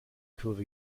kurve